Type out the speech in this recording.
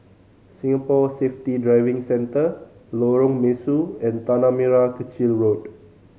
Singapore Safety Driving Centre Lorong Mesu and Tanah Merah Kechil Road